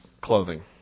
clothing